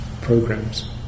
programs